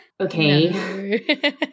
okay